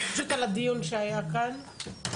על הדיון שהיה כאן.